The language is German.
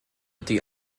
die